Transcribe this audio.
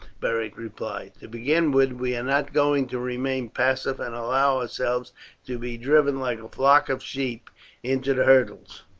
beric replied. to begin with, we are not going to remain passive and allow ourselves to be driven like a flock of sheep into the hurdles.